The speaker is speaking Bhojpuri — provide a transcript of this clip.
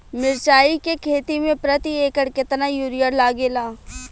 मिरचाई के खेती मे प्रति एकड़ केतना यूरिया लागे ला?